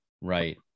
Right